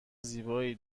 زیبایی